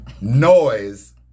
noise